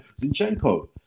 Zinchenko